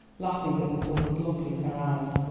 laughing at the puzzled look in her eyes.